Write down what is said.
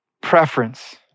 preference